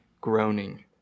groaning